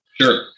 sure